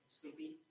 sleepy